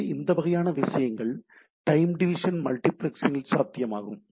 எனவே இந்த வகையான விஷயங்கள் டைம் டிவிஷன் மல்டிபிளக்சிங் ல் சாத்தியமாகும்